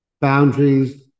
boundaries